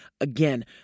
Again